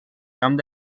camp